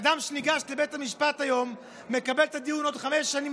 אדם שניגש לבית המשפט היום מקבל את הדיון בעוד חמש שנים.